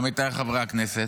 עמיתיי חברי הכנסת,